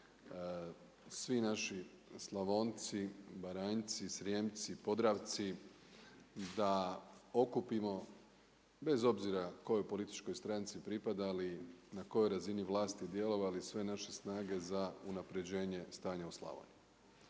svi naši Slavonci, Baranjci, Srijemci, Podravci da okupimo bez obzira kojoj političkoj stranci pripadali, na kojoj razini vlasti djelovali, sve naše snage za unapređenje stanja u Slavoniji.